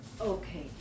Okay